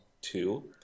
two